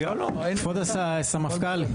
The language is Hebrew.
ישבה זאת נעולה.